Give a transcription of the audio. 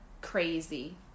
crazy